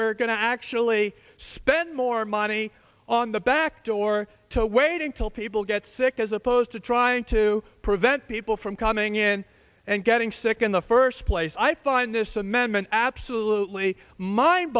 we're going to actually spend more money on the back door to wait until people get sick as opposed to trying to prevent people from coming in and getting sick in the first place i find this amendment absolutely mind